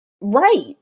right